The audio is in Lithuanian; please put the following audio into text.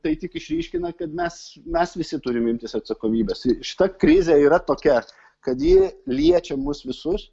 tai tik išryškina kad mes mes visi turim imtis atsakomybės ir šita krizė yra tokia kad ji liečia mus visus